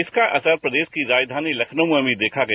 इसका असर प्रदेश की राजधानी लखनऊ में भी देखा गया